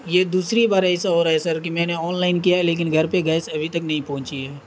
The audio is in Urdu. یہ دوسری بار ایسا ہو رہا ہے سر کہ میں نے آنلائن کیا ہے لیکن گھر پہ گیس ابھی تک نہیں پہنچی ہے